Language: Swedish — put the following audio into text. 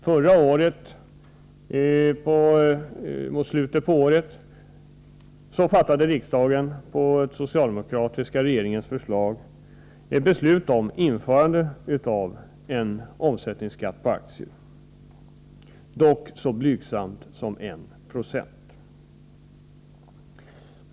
Förra året, mot slutet av riksmötet, fattade riksdagen på den socialdemokratiska regeringens förslag beslut om införande av en omsättningsskatt på aktier, dock så blygsam som 1 96.